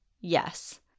yes